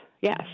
Yes